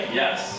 yes